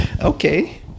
Okay